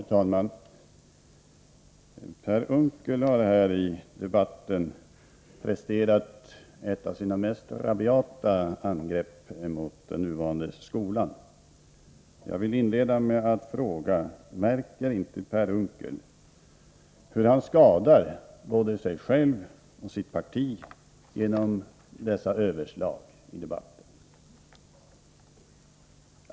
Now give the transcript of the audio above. Herr talman! Per Unckel har här i debatten presterat ett av sina mest rabiata angrepp mot den nuvarande skolan. Jag vill inleda med att fråga: Märker inte Per Unckel hur han skadar både sig själv och sitt parti genom dessa överslag i debatten?